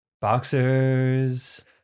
Boxers